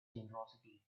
generosity